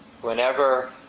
whenever